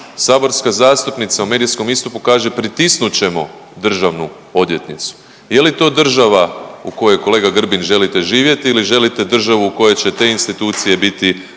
saborska zastupnica u medijskom istupu kaže, pritisnut ćemo državnu odvjetnicu. Je li to država u kojoj, kolega Grbin, želite živjeti ili želite državu u kojoj će te institucije biti